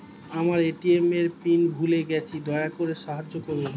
আমার এ.টি.এম এর পিন ভুলে গেছি, দয়া করে সাহায্য করুন